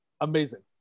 amazing